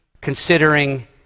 considering